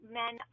men